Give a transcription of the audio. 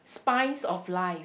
spice of life